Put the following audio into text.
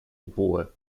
oboe